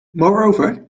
moreover